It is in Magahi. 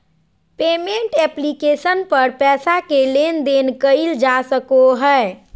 पेमेंट ऐप्लिकेशन पर पैसा के लेन देन कइल जा सको हइ